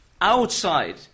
outside